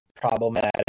problematic